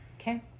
Okay